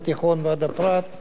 ויתרנו על החלום הזה.